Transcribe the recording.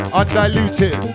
undiluted